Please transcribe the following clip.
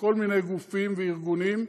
כל מיני גופים וארגונים,